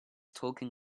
talking